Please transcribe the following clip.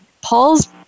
Paul's